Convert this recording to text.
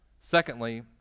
Secondly